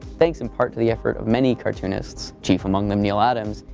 thanks in part to the effort of many cartoonists chief among them neal adams.